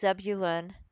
Zebulun